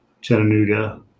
chattanooga